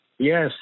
Yes